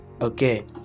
Okay